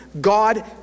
God